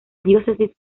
diócesis